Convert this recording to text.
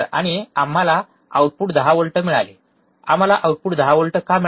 आणि आम्हाला output 10 volt मिळाले आम्हाला आउटपुट 10 व्होल्ट का मिळाले